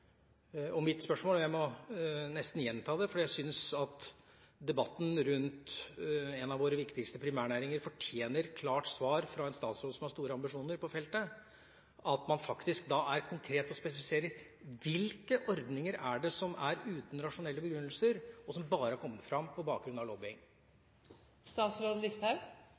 Jeg må nesten gjenta spørsmålet mitt, for jeg syns at debatten rundt en av våre viktigste primærnæringer fortjener klart svar fra en statsråd som har store ambisjoner på feltet, og at man faktisk er konkret og spesifiserer hvilke ordninger som er uten rasjonelle begrunnelser, og som bare har kommet fram på bakgrunn av